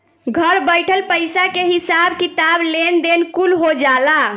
घर बइठल पईसा के हिसाब किताब, लेन देन कुल हो जाला